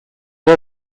are